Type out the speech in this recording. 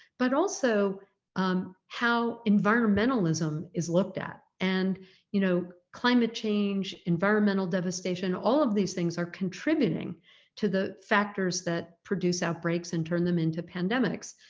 but also um how environmentalism is looked at, and you know, climate change environmental devastation, all of these things are contributing to the factors that produce outbreaks and turn them into pandemics,